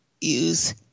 use